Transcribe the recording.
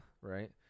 right